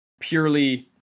Purely